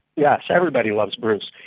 yes. everybody loves bruce.